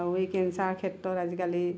আৰু এই কেঞ্চাৰৰ ক্ষেত্ৰত আজিকালি